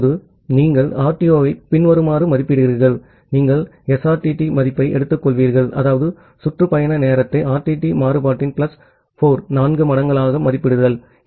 இப்போது நீங்கள் RTO ஐ பின்வருமாறு மதிப்பிடுகிறீர்கள் நீங்கள் SRTT மதிப்பை எடுத்துக்கொள்வீர்கள் அதாவது சுற்று பயண நேரத்தை RTT மாறுபாட்டின் plus 4 மடங்காக மதிப்பிடுதல்